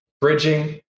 bridging